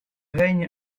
règne